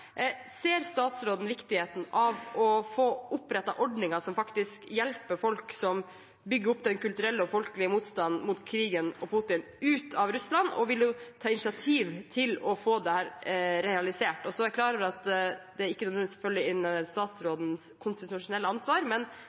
Ser statsråden viktigheten av å få opprettet ordninger som hjelper folk som bygger opp den kulturelle og folkelige motstanden mot krigen og Putin, ut av Russland, og vil hun ta initiativ til å få dette realisert? Jeg er klar over at dette ikke nødvendigvis faller inn under statsrådens konstitusjonelle ansvar.